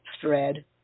thread